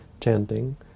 chanting